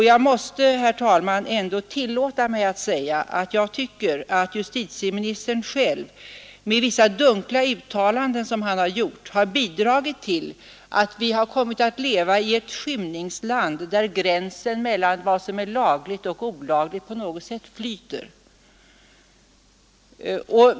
Jag måste, herr talman, ändå tillåta mig att säga att jag tycker att justitieministern själv med vissa dunkla uttalanden har bidragit till att vi kommit att leva i ett skymningsland där gränsen mellan vad som är lagligt och olagligt på något sätt flyter.